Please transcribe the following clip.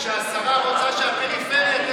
שהשרה רוצה שהפריפריה תממן,